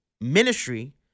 ministry